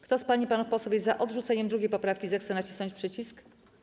Kto z pań i panów posłów jest za odrzuceniem 2. poprawki, zechce nacisnąć przycisk.